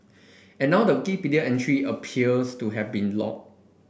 and now the Wikipedia entry appears to have been locked